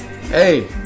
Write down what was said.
hey